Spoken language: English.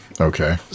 Okay